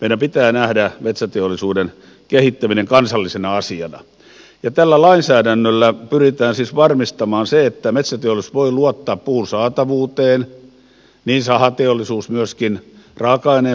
meidän pitää nähdä metsäteollisuuden kehittäminen kansallisena asiana ja tällä lainsäädännöllä pyritään siis varmistamaan se että metsäteollisuus voi luottaa puun saatavuuteen niin sahateollisuus myöskin raaka aineen saatavuuteen